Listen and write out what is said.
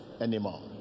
anymore